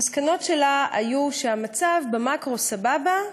המסקנות שלה היו שהמצב במקרו סבבה,